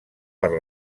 per